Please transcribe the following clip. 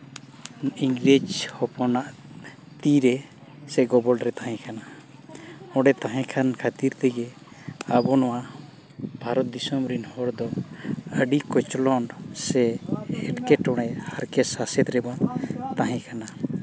ᱤᱝᱨᱮᱡᱽ ᱦᱚᱯᱚᱱᱟᱜ ᱛᱤᱨᱮ ᱥᱮ ᱜᱚᱵᱚᱞ ᱨᱮ ᱛᱟᱦᱮᱸ ᱠᱟᱱᱟ ᱚᱸᱰᱮ ᱛᱟᱦᱮᱸ ᱠᱟᱱ ᱠᱷᱟᱹᱛᱤᱨ ᱛᱮᱜᱮ ᱟᱵᱚ ᱱᱚᱣᱟ ᱵᱷᱟᱨᱚᱛᱫᱤᱥᱚᱢ ᱨᱮᱱ ᱦᱚᱲ ᱫᱚ ᱟᱹᱰᱤ ᱠᱚᱪᱞᱚᱱ ᱥᱮ ᱮᱴᱠᱮᱴᱚᱬᱮ ᱦᱟᱨᱠᱮᱛ ᱥᱟᱥᱮᱛ ᱨᱮᱵᱚᱱ ᱛᱟᱦᱮᱸ ᱠᱟᱱᱟ